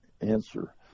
answer